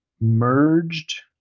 merged